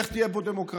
איך תהיה פה דמוקרטיה,